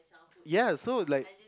ya so like